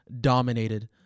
dominated